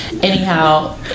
Anyhow